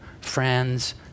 friends